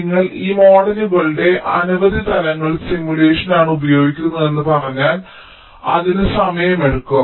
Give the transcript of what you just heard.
നിങ്ങൾ ഈ മോഡലുകളുടെ അനവധി തലങ്ങൾ സിമുലേഷനാണ് ഉപയോഗിക്കുന്നതെന്ന് പറഞ്ഞാൽ അതിന് സമയമെടുക്കും